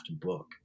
book